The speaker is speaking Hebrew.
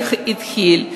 והתהליך התחיל.